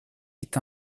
est